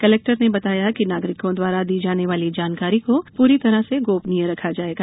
collector ने बताया कि नागरिकों द्वारा दी जाने वाली जानकारी को पूरी तरह से गोपनीय रखा जायेगा